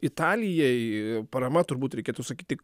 italijai parama turbūt reikėtų sakyti